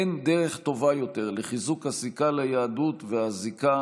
אין דרך טובה יותר לחיזוק הזיקה ליהדות והזיקה